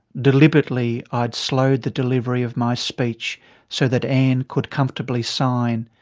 deliberately i'd slowed the delivery of my speech so that anne could comfortably sign.